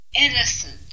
innocent